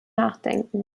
nachdenken